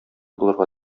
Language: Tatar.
булырга